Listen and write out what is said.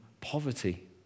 poverty